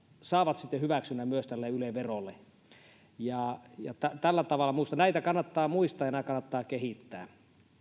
saavat hyväksynnän myös tälle yle verolle tällä tavalla minusta näitä kannattaa muistaa ja näitä kannattaa kehittää